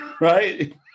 Right